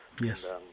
Yes